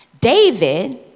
David